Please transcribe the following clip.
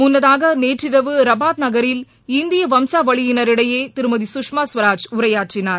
முன்னதாக நேற்றிரவு ரபார்ட் நகரில் இந்திய வம்சாவளியினரிடையே திருமதி குஷ்மா கவராஜ் உரையாற்றினார்